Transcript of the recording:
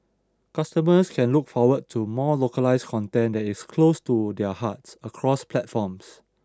customers can look forward to more localised content that is close to their hearts across platforms